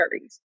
worries